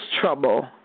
trouble